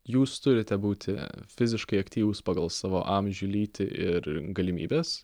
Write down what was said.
jūs turite būti fiziškai aktyvūs pagal savo amžių lytį ir galimybes